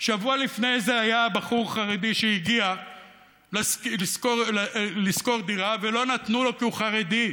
שבוע לפני זה היה בחור חרדי שהגיע לשכור דירה ולא נתנו לו כי הוא חרדי.